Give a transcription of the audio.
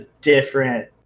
different